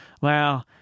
wow